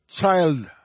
child